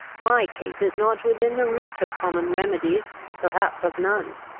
my case is not within the reach of common remedies perhaps of none.